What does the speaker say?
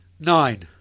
Nine